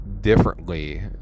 differently